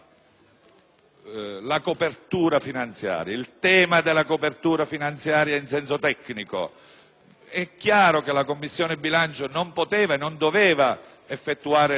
che non riguarda il tema della copertura finanziaria in senso tecnico. È chiaro che la Commissione bilancio non poteva e non doveva effettuare rilievi